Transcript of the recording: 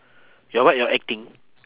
your what your acting